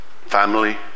family